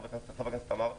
חברת הכנסת תמר זנדברג,